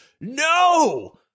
no